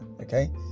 okay